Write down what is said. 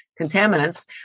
contaminants